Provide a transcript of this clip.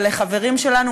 לחברים שלנו,